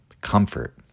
comfort